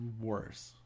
worse